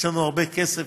יש לנו הרבה כסף,